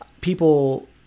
people